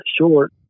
short